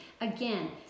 Again